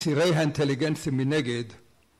‫שירי האינטליגנציה מנגד.